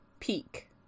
peak